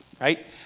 right